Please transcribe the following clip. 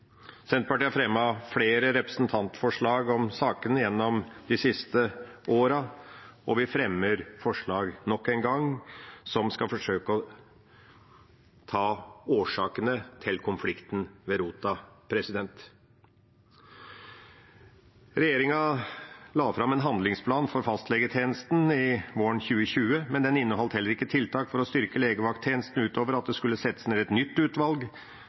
Senterpartiet har fremmet flere representantforslag om sakene gjennom de siste årene, og vi fremmer nok en gang forslag som skal forsøke å ta årsakene til konflikten ved rota. Regjeringa la fram en handlingsplan for fastlegetjenesten våren 2020. Den inneholdt heller ikke tiltak for å styrke legevakttjenesten utover at det skulle settes ned et nytt utvalg